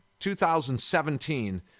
2017